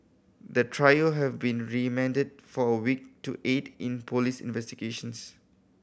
the trio have been remanded for a week to aid in police investigations